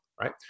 right